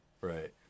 Right